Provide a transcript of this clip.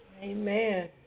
Amen